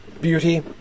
Beauty